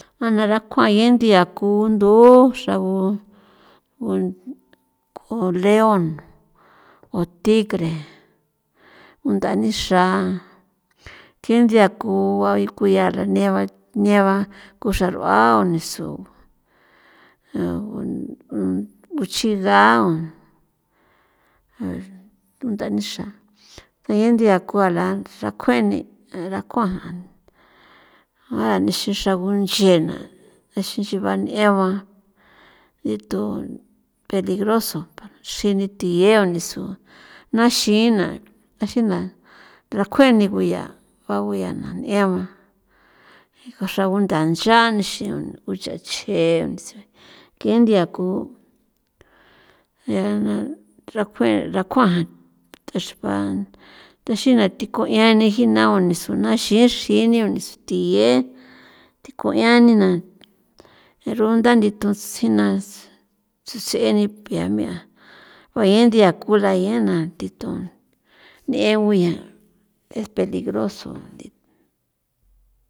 A nara kjua ya thia ku ndu xragu gu gu leon o tigre undanixraa ke nthia ku ya raneba neba ko xrar'uan unesu uchiga undanixra ke nthia koala xra kjueni rakjuan ixin xra gunchena ixin xraban eban thi tun peligroso xini thiye o ni son naxina naxina pero kjue niguya faboya na n'en ba xra guthan ncha xi uchachje ke nthia ku ya na rakue rakjuan tehsban texina thi ku'ian ni jii na suna si xi xi ne o ni so thiye thi kuya nina rogunda ndithon tsjina sits'eni pia mia guaye nthia ku la yena nditon n'en guya es peligroso ndi.